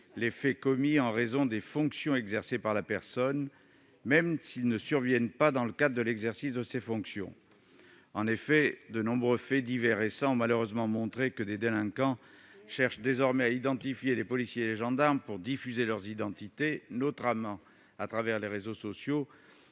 les faits commis en raison des fonctions exercées par la personne, même s'ils ne surviennent pas dans le cadre de l'exercice de ces fonctions. En effet, de nombreux faits divers récents ont malheureusement montré que des délinquants cherchent désormais à identifier les policiers et les gendarmes pour diffuser leurs identités, notamment à travers les réseaux sociaux,